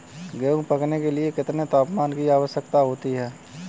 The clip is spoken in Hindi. गेहूँ पकने के लिए कितने तापमान की आवश्यकता होती है?